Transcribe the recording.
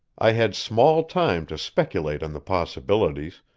i had small time to speculate on the possibilities,